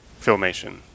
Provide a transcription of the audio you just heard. Filmation